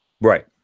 Right